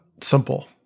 simple